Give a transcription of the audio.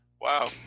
Wow